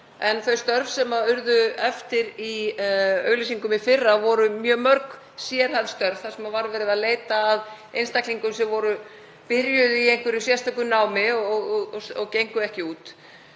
en þau störf sem urðu eftir í auglýsingum í fyrra voru mjög mörg sérhæfð störf þar sem var verið að leita að einstaklingum sem voru byrjaðir í einhverju sérstöku námi og þau gengu ekki út.